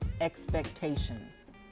expectations